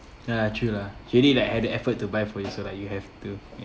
ya true lah she really like had the effort to buy for you so like you have to